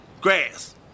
Grass